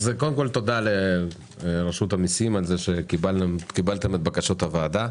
תודה לרשות המיסים על שקיבלתם את בקשות הוועדה.